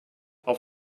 auf